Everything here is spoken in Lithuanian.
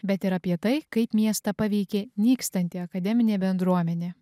bet ir apie tai kaip miestą paveikė nykstanti akademinė bendruomenė